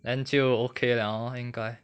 then 就 okay liao lor 应该